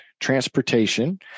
transportation